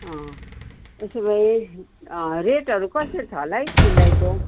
उसो भए रेटहरू कसरी छ होला है सिलाइको